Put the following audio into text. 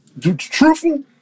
truthful